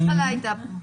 היא הייתה פה מההתחלה.